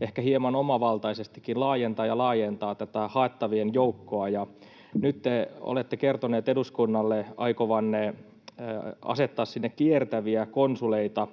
ehkä hieman omavaltaisestikin laajentaa tätä haettavien joukkoa. Nyt te olette kertonut eduskunnalle aikovanne asettaa sinne kiertäviä konsuleita